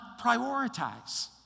prioritize